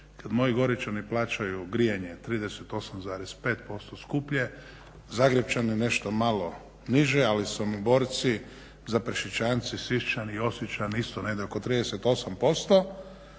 kad moji Goričani plaćaju grijanje 38,5% skuplje, Zagrepčani nešto malo niže, ali Samoborci, Zaprešičanci, Siščani i Osječani isto negdje oko 38%,